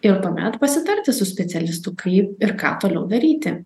ir tuomet pasitarti su specialistu kaip ir ką toliau daryti